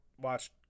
watch